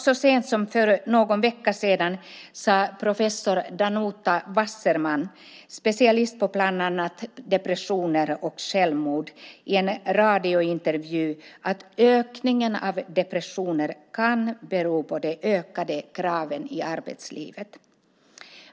Så sent som för någon vecka sedan sade professor Danuta Wasserman, specialist på bland annat depressioner och självmord, i en radiointervju att ökningen av depressioner kan bero på de ökade kraven i arbetslivet.